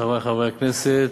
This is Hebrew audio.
חברי חברי הכנסת,